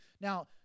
Now